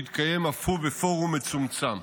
שהתקיים אף הוא בפורום מצומצם.